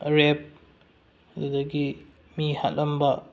ꯔꯦꯞ ꯑꯗꯨꯗꯒꯤ ꯃꯤ ꯍꯥꯠꯂꯝꯕ